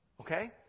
Okay